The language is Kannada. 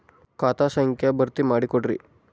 ಖಾತಾ ಸಂಖ್ಯಾ ಭರ್ತಿ ಮಾಡಿಕೊಡ್ರಿ